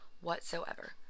whatsoever